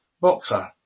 boxer